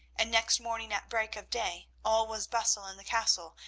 and next morning at break of day all was bustle in the castle,